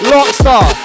Lockstar